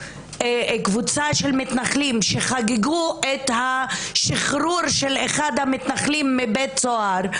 קבוצה של מתנחלים שחגגו את השחרור של אחד המתנחלים מבית סוהר,